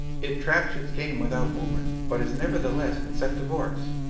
it traps its game without movement, but is nevertheless insectivorous.